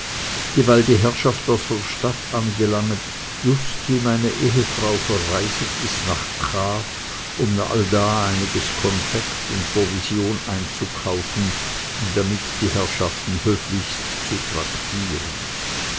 die herrschaft aus der stadt angelanget just wie meine ehefrau verreiset ist nach k um allda einiges confect und provision einzukaufen damit die herrschaften höflichst zu tractiren